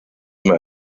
immer